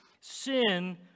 Sin